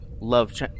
love